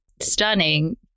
stunning